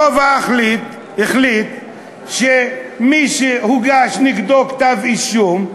הרוב החליט שמי שהוגש נגדו כתב-אישום,